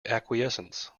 acquiescence